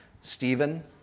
Stephen